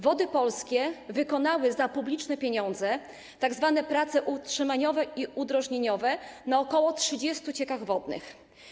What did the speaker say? Wody Polskie wykonały za publiczne pieniądze tzw. prace utrzymaniowe i udrożnieniowe na ok. 30 ciekach wodnych.